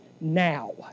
now